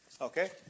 Okay